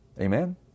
Amen